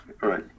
Right